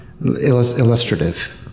illustrative